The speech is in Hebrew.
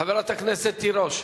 חברת הכנסת תירוש,